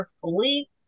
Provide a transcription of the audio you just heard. fully